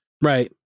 Right